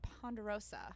Ponderosa